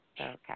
Okay